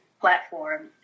platform